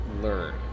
learn